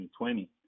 2020